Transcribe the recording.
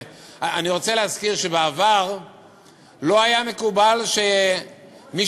אני רוצה להזכיר שבעבר לא היה מקובל שמי